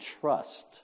trust